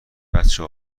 بچه